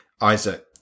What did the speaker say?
Isaac